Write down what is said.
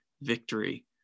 victory